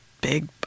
big